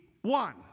one